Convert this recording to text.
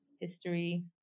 history